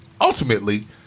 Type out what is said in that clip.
ultimately